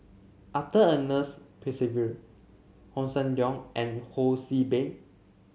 Arthur Ernest Percival Hossan Leong and Ho See Beng